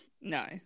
No